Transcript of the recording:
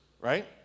Right